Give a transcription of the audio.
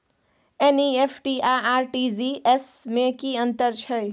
NEFT आ RTGS में की अन्तर छै?